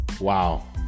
Wow